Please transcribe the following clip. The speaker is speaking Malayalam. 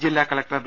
ജില്ലാ കലക്ടർ ഡോ